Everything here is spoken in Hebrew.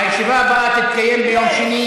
הישיבה הבאה תתקיים ביום שני,